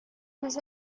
was